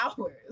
hours